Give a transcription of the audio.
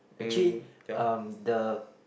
mm ya